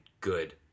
good